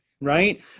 Right